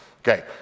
Okay